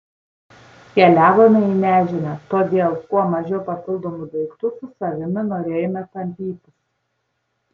keliavome į nežinią todėl kuo mažiau papildomų daiktų su savimi norėjome tampytis